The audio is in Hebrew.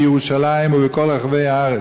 בירושלים ובכל רחבי הארץ.